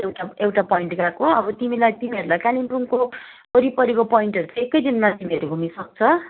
एउटा एउटा पोइन्ट गएको अब तिमीलाई तिमीहरूलाई कालिम्पोङको वरिपरिको पोइन्टहरू चाहिँ एकै दिनमा तिमीहरू घुमिसक्छ